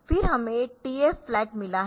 फिर हमें TF flag मिला है